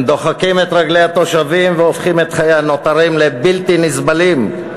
הם דוחקים את רגלי התושבים והופכים את חיי הנותרים לבלתי נסבלים.